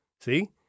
See